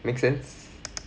make sense